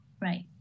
Right